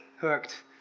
hooked